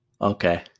Okay